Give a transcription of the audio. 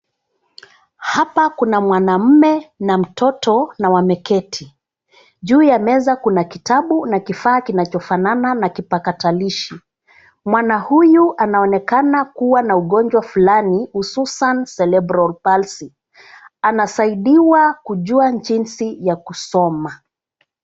Hapa kuna mwanamme na mtoto na wameketi. Juu ya meza kuna kitabu na kifaa kinachofanana na kipakatalishi. Mwanahuyu anaonekana kuwa na ugonjwa flani hususan celebyial perlsy anasaidiwa kujua jinsi ya kusoma.